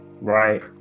right